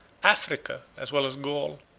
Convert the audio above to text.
africa, as well as gaul,